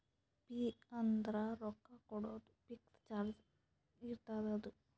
fee ಅಂದುರ್ ರೊಕ್ಕಾ ಕೊಡೋದು ಫಿಕ್ಸ್ ಚಾರ್ಜ್ ಇರ್ತುದ್ ಅದು